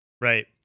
Right